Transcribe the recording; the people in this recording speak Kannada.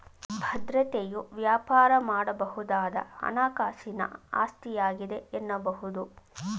ಭದ್ರತೆಯು ವ್ಯಾಪಾರ ಮಾಡಬಹುದಾದ ಹಣಕಾಸಿನ ಆಸ್ತಿಯಾಗಿದೆ ಎನ್ನಬಹುದು